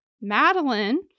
Madeline